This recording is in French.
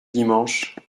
dimanche